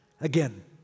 Again